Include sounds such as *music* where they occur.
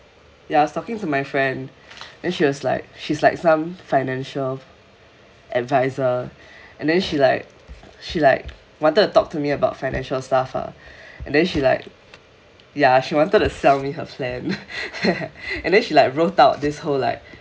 ya I was talking to my friend and she was like she is like some financial advisor and then she like she like wanted to talk to me about financial stuff ah and then she like ya she wanted to sell me her plan *laughs* and then she like wrote out this whole like